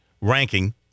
ranking